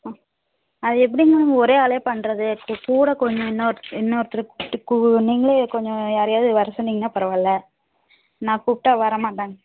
ஆ அது எப்படி மேடம் ஒரே ஆளே பண்ணுறது இப்போ கூட கொஞ்சம் இன்னொரு இன்னொருத்தர் கூப்பிட்டு நீங்களே கொஞ்சம் யாரையாவது வர சொன்னிங்கன்னா பரவாயில்லை நான் கூப்பிட்டா வர மாட்டாங்க